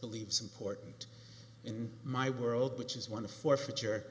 believes important in my world which is one of forfeiture